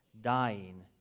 dying